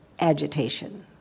agitation